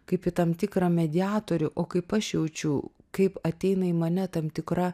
kaip į tam tikrą mediatorių o kaip aš jaučiu kaip ateina į mane tam tikra